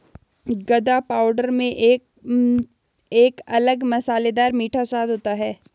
गदा पाउडर में एक अलग मसालेदार मीठा स्वाद होता है